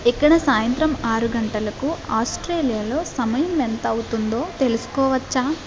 ఇక్కడ సాయంత్రం ఆరు గంటలకు ఆస్ట్రేలియాలో సమయం ఎంత అవుతుందో తెలుసుకోవచ్చా